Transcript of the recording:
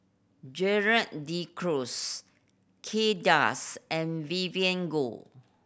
Gerald De Cruz Kay Das and Vivien Goh